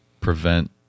prevent